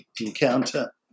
encounter